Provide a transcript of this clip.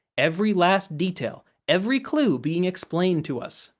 every last detail, every clue being explained to us,